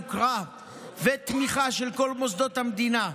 יוקרה ותמיכה מכל מוסדות המדינה.